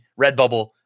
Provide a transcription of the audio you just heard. Redbubble